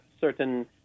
certain